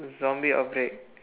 zombie outbreak